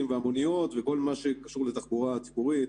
והמוניות וכל מה שקשור לתחבורה הציבורית